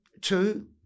Two